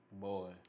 Boy